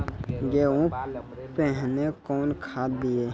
गेहूँ पहने कौन खाद दिए?